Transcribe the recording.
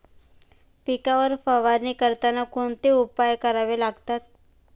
पिकांवर फवारणी करताना कोणते उपाय करावे लागतात?